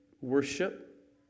worship